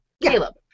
Caleb